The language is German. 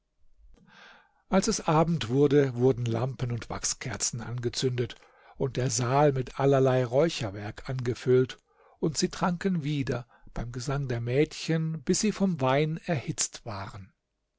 als es abend wurde wurden lampen und wachskerzen angezündet und der saal mit allerlei räucherwerk angefüllt und sie tranken wieder beim gesang der mädchen bis sie vom wein erhitzt waren